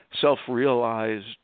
self-realized